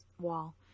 wall